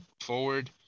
forward